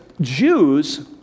Jews